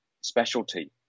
specialty